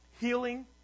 healing